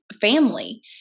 family